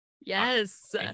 Yes